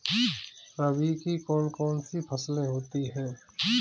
रबी की कौन कौन सी फसलें होती हैं?